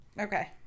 Okay